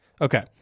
Okay